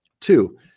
Two